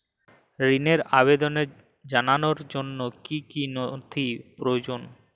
ঋনের আবেদন জানানোর জন্য কী কী নথি প্রয়োজন?